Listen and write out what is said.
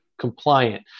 compliant